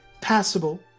passable